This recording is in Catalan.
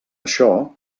això